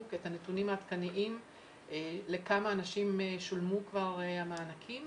את הנתונים העדכניים לכמה אנשים שולמו כבר המענקים,